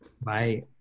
Bye